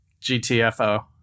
GTFO